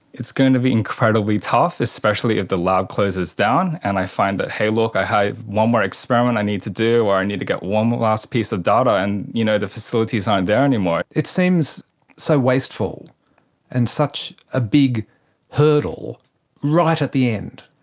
it's going to be incredibly tough, especially if the lab closes down and i find that, hey look, i have one more experiment i need to do, or i need to get one more last piece of data, and you know the facilities aren't there anymore. it seems so wasteful and such a big hurdle right at the end.